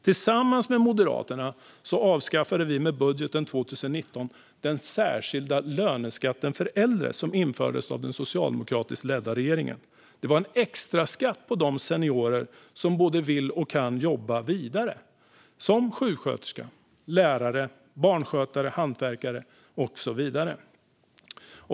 Tillsammans med Moderaterna avskaffade vi med budgeten för 2019 den särskilda löneskatten för äldre som införts av den socialdemokratiskt ledda regeringen. Det var en extraskatt för de seniorer som både vill och kan jobba vidare som sjuksköterskor, lärare, barnskötare, hantverkare och så vidare.